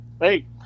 Hey